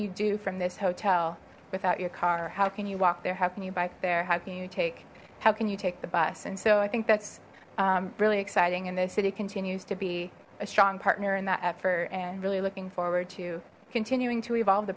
you do from this hotel without your car or how can you walk they're helping you back there how can you take how can you take the bus and so i think that's really exciting and the city continues to be a strong partner in that effort and really looking forward to continuing to evolve the